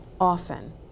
often